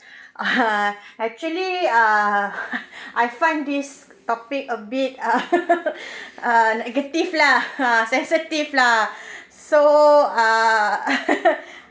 uh actually uh I find this topic a bit uh uh negative lah ah sensitive lah so uh